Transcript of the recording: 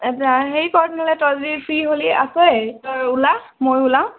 আচ্ছা হেৰি কৰ তেনেহলে তই যদি ফ্ৰী হ'লি আছয়েই তই ওলা মইয়ো ওলাওঁ